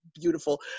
beautiful